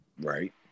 right